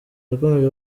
yakomeje